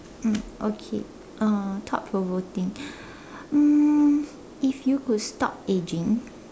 mm okay uh thought provoking um if you could stop aging